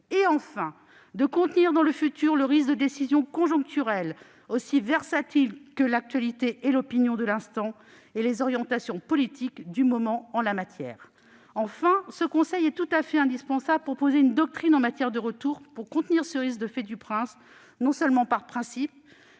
; de contenir dans le futur le risque de décisions conjoncturelles, aussi versatiles que l'actualité et l'opinion de l'instant ou les orientations politiques du moment. Enfin, ce conseil est tout à fait indispensable pour poser une doctrine en matière de retour et contenir ce risque de « fait du prince », non seulement par principe,